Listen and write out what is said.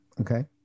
okay